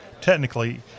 technically